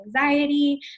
anxiety